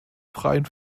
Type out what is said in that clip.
freien